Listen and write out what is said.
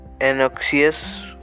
anxious